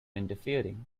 interfering